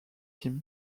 kim